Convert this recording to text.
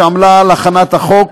שעמלה על הכנת החוק.